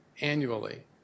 annually